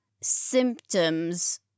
symptoms